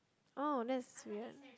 oh that's weird